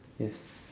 yes